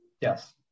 Yes